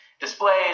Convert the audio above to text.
Displays